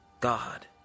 God